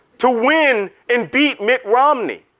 to win and beat mitt romney?